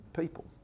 people